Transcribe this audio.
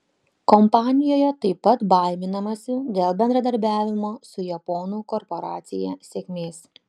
kompanijoje taip pat baiminamasi dėl bendradarbiavimo su japonų korporacija sėkmės